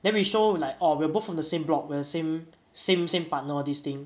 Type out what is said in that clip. then we show like oh we're both from the same block we're the same same same partner all this thing